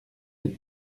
des